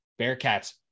Bearcats